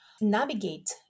Navigate